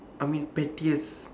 I mean pettiest